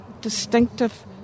distinctive